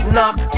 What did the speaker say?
Knock